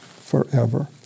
forever